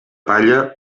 palla